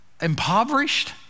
impoverished